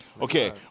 Okay